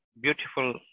beautiful